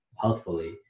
healthfully